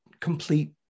complete